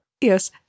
Yes